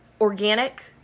Organic